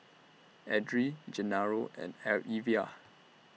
Edrie Genaro and L Evia